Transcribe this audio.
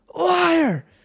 Liar